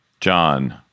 John